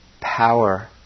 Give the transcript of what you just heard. power